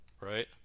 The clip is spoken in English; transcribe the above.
right